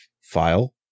file